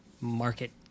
market